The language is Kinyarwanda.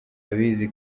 abizi